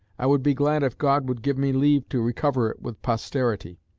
i would be glad if god would give me leave to recover it with posterity.